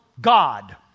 God